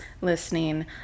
listening